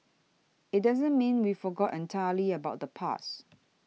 it doesn't mean we forgot entirely about the past